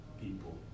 people